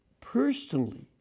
personally